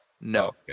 No